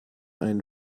einen